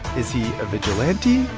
is he a vigilante?